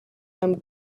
amb